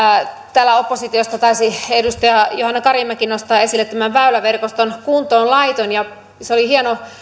täällä oppositiosta taisi edustaja johanna karimäki nostaa esille tämän väyläverkoston kuntoonlaiton se oli hienoa